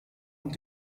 und